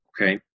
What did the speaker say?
okay